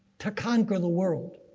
to conquer the world.